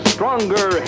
Stronger